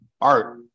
Art